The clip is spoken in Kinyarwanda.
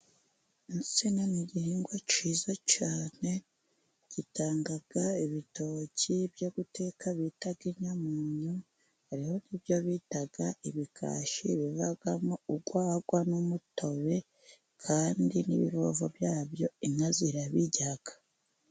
Insina ni igihingwa cyiza cyane gitanga ibitoki byo guteka bita inyamunyu, hariho n'ibyo bita ibikashi bivamo urwagwa n'umutobe, kandi n'ibivovo byabyo inka zirabirya.